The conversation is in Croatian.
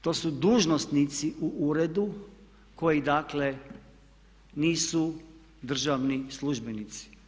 To su dužnosnici u uredu koji dakle nisu državni službenici.